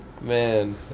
Man